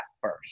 first